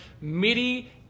MIDI